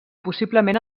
possiblement